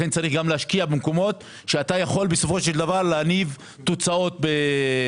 לכן צריך להשקיע גם במקומות שאתה יכול בסופו של דבר להניב תוצאות בנושא.